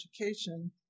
education